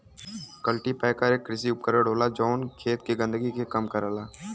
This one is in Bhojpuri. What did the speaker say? कल्टीपैकर एक कृषि उपकरण होला जौन खेत के गंदगी के कम करला